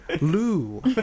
Lou